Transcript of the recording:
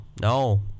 no